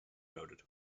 noted